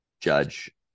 judge